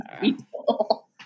people